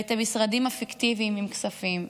ואת המשרדים הפיקטיביים עם כספים,